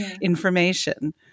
information